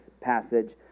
passage